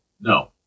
No